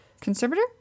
Conservator